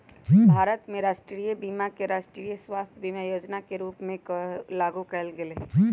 भारत में राष्ट्रीय बीमा के राष्ट्रीय स्वास्थय बीमा जोजना के रूप में लागू कयल गेल हइ